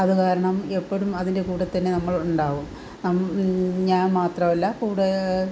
അത് കാരണം എപ്പോഴും അതിൻ്റെ കൂടെത്തന്നെ നമ്മളുണ്ടാവും ഞാൻ മാത്രമല്ല കൂടെ